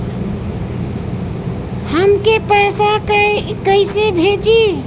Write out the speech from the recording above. हमके पैसा कइसे भेजी?